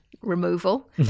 removal